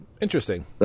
Interesting